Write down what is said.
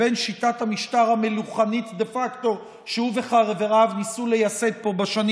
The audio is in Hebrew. ושיטת המשטר המלוכנית דה פקטו שהוא וחבריו ניסו לייסד פה בשנים